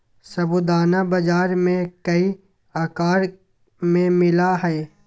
साबूदाना बाजार में कई आकार में मिला हइ